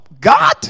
God